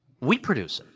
we produce it.